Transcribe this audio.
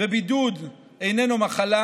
ובידוד איננו מחלה,